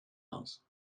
aus